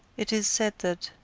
it is said that,